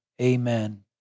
Amen